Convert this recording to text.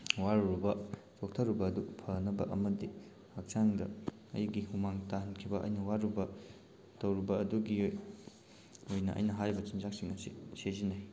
ꯋꯥꯔꯨꯔꯕ ꯆꯣꯛꯊꯔꯨꯕ ꯑꯗꯨ ꯐꯅꯕ ꯑꯃꯗꯤ ꯍꯛꯆꯥꯡꯗ ꯑꯩꯒꯤ ꯍꯨꯃꯥꯡ ꯇꯥꯍꯟꯈꯤꯕ ꯑꯩꯅ ꯋꯥꯔꯨꯕ ꯇꯧꯔꯨꯕ ꯑꯗꯨꯒꯤ ꯑꯣꯏꯅ ꯑꯩꯅ ꯍꯥꯏꯔꯤꯕ ꯆꯤꯟꯖꯥꯛꯁꯤꯡ ꯑꯁꯤ ꯁꯤꯖꯤꯟꯅꯩ